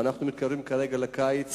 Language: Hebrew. ואנחנו מתקרבים כרגע לקיץ